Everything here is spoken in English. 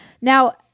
Now